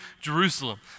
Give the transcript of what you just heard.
Jerusalem